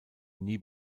nie